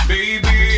Baby